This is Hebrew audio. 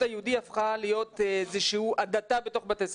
היהודית הפכה להיות איזשהו הדתה בתוך בתי הספר.